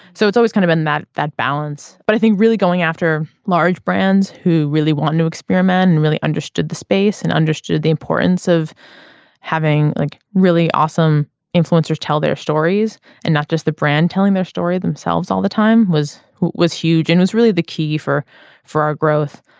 so it's always kind of been that that balance. but i think really going after large brands who really want to experiment and really understood the space and understood the importance of having like really awesome influencers tell their stories and not just the brand telling their story themselves all the time was who was huge and was really the key for for our growth.